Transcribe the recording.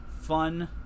fun